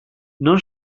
non